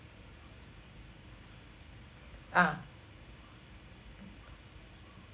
ah